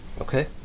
okay